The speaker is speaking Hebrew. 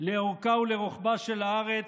לאורכה ולרוחבה של הארץ,